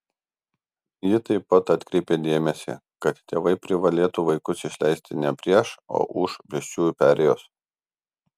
ji taip pat atkreipė dėmesį kad tėvai privalėtų vaikus išleisti ne prieš o už pėsčiųjų perėjos